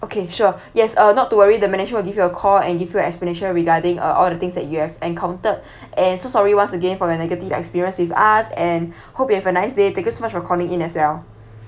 okay sure yes uh not to worry the management will give you a call and give you an explanation regarding uh all the things that you have encountered and so sorry once again for your negative experience with us and hope you have a nice day thank you so much for calling in as well